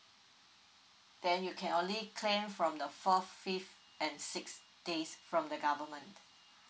then you can only claim from the fourth fifth and six days from the government